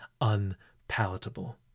unpalatable